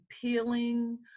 peeling